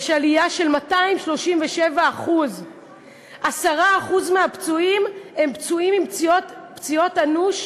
יש עלייה של 237%. 10% מהפצועים הם פצועים פציעות אנושות,